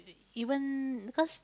even because